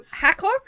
hacklock